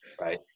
right